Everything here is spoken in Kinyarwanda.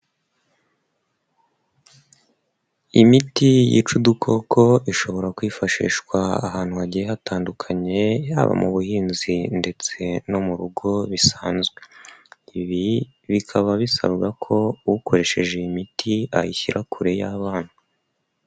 Imiti yica udukoko ishobora kwifashishwa ahantu hagiye hatandukanye, haba mu buhinzi ndetse no mu rugo bisanzwe. Ibi bikaba bisabwa ko ukoresheje iyi miti ayishyira kure y'abana.